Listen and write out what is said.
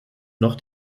noch